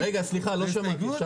רגע, סליחה, לא שמעתי.